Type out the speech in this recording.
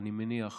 אני מניח